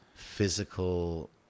Physical